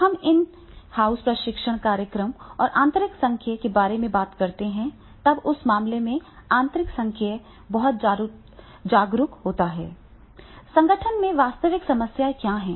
जब भी हम इन हाउस प्रशिक्षण कार्यक्रम और आंतरिक संकाय के बारे में बात करते हैं तब उस मामले में आंतरिक संकाय बहुत जागरूक होता है संगठन में वास्तविक समस्याएं क्या हैं